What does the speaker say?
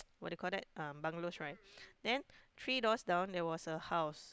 what do you call that um bungalows right then three doors down there was a house